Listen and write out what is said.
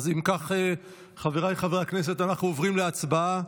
אם כך, חבריי חברי הכנסת, אנחנו עוברים להצבעה.